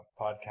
podcast